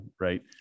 right